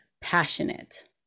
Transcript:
Passionate